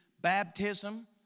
baptism